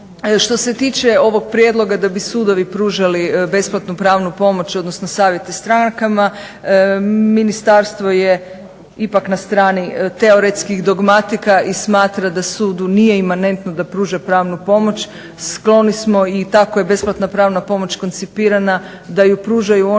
Što se tiče ovog prijedloga da bi sudovi pružali besplatnu pravnu pomoć, odnosno savjete strankama, Ministarstvo je ipak na strani teoretskih dogmatika i smatra da sudu nije imanentno da pruža pravnu pomoć. Skloni smo i tako je besplatna pravna pomoć koncipirana da ju pružaju oni